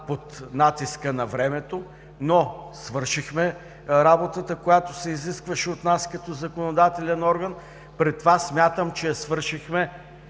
под натиска на времето, но свършихме работата, която се изискваше от нас като законодателен орган, при това смятам, че я свършихме